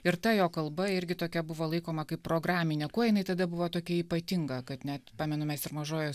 ir ta jo kalba irgi tokia buvo laikoma kaip programinė kuo jinai tada buvo tokia ypatinga kad net pamenu mes ir mažojoj